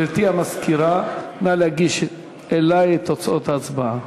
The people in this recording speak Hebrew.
גברתי המזכירה, נא להגיש לי את תוצאות ההצבעה.